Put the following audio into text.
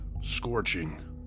scorching